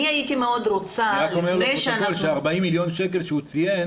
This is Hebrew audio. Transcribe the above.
אני רק אומר לפרוטוקול ש-40 מיליון שקל שהוא ציין